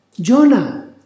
Jonah